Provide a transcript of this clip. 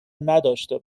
نداشته